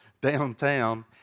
downtown